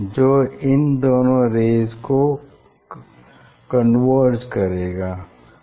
जो इन दोनों रेज़ को कन्वर्ज करेगा